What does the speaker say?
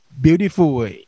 beautiful